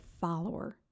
follower